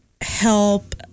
help